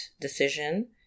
decision